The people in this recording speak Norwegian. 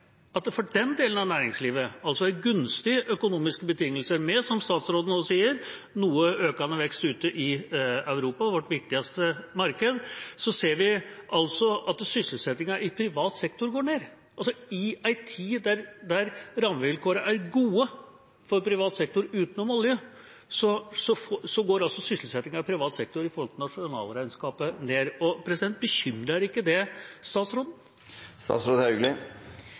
for den delen av næringslivet er gunstige økonomiske betingelser – som statsråden nå sier – med en noe økende vekst ute i Europa, vårt viktigste marked, ser vi altså at sysselsettingen i privat sektor går ned. I en tid da rammevilkårene er gode for privat sektor utenom olje, går altså sysselsettingen i privat sektor i nasjonalregnskapet ned. Bekymrer ikke det